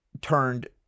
turned